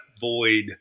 void